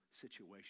situation